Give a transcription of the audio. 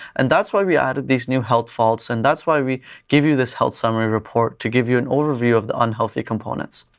and that's why we added these new health faults and that's why we give you this health summary report to give you an overview of the unhealthy components.